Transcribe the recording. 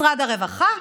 משרד הרווחה,